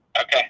Okay